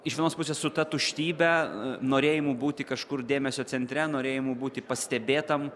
iš vienos pusės su ta tuštybe norėjimu būti kažkur dėmesio centre norėjimu būti pastebėtam